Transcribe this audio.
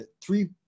three